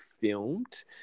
filmed